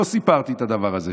לא סיפרתי את הדבר הזה,